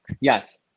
Yes